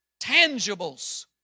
tangibles